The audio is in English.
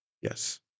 yes